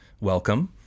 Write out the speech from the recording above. Welcome